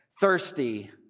Thirsty